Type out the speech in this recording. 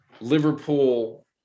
liverpool